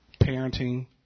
parenting